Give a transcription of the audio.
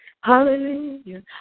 Hallelujah